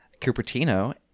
Cupertino